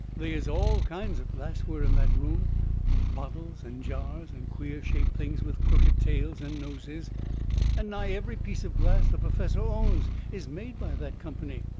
they is all kinds of glassware in that room bottles and jars and queer-shaped things with crooked tails and noses and nigh every piece of glass the perfessor owns is made by that company.